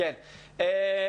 תודה רבה שרי.